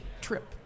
trip